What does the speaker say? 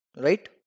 Right